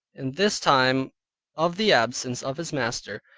in this time of the absence of his master,